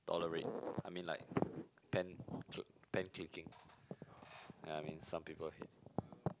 tolerate I mean like pen cl~ pen clicking you know what I mean some people hate